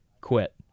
quit